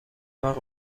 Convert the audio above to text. وقت